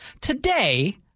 today